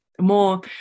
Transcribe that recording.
more